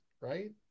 right